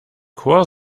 chor